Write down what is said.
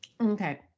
Okay